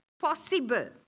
possible